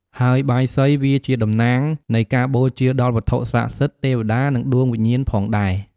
ហើយបាយសី វាជាតំណាងនៃការបូជាដល់វត្ថុស័ក្តិសិទ្ធិ ទេវតា និងដួងវិញ្ញាណផងដែរ។